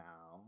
Now